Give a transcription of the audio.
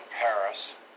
Paris